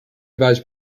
vice